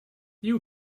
you